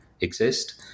exist